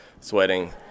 sweating